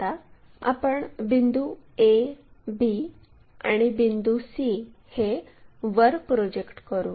आता आपण बिंदू a b आणि बिंदू c हे वर प्रोजेक्ट करू